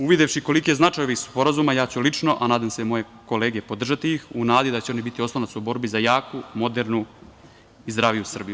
Uvidevši koliki je značaj ovih sporazuma, ja ću lično, a nadam se i moje kolege, podržati ih u nadi da će oni biti oslonac u borbi za jaku, modernu i zdraviju Srbiju.